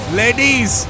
ladies